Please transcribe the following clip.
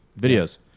videos